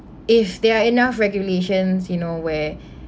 if there are enough regulations you know where